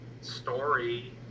story